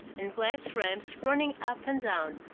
and glass ramps running up and down,